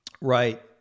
Right